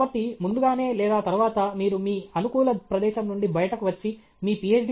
కాబట్టి ముందుగానే లేదా తరువాత మీరు మీ అనుకూల ప్రదేశం నుండి బయటకు వచ్చి మీ Ph